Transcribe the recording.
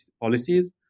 policies